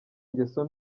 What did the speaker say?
ngeso